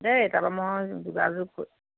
দেই তাৰপৰা মই যোগাযোগ